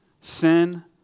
Sin